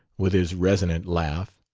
with his resonant laugh,